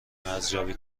ارزیابی